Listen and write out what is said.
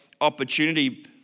opportunity